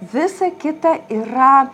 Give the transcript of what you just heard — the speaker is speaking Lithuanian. visa kita yra